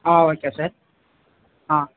ஆ okay sir ஆ